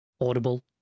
Audible